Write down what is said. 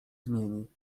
zmieni